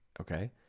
Okay